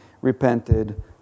repented